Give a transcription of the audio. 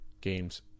games